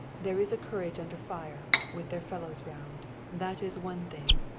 there is a courage under fire, with their fellows round that is one thing.